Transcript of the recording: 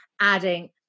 Adding